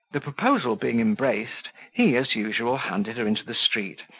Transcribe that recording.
the proposal being embraced, he, as usual, handed her into the street,